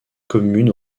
communes